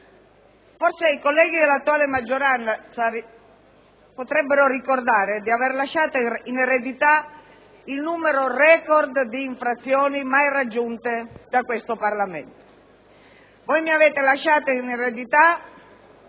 Forse i colleghi dell'attuale maggioranza potrebbero ricordare di aver lasciato in eredità il numero record di infrazioni mai raggiunte da questo Parlamento. Avete lasciato in eredità